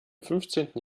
fünfzehnten